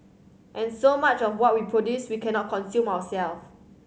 and so much of what we produce we cannot consume ourselves